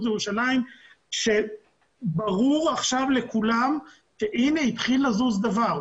ירושלים שברור עכשיו לכולם שהנה התחיל לזוז דבר.